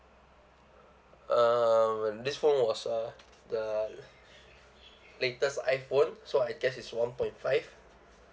um this phone was uh the latest iphone so I guess it's one point five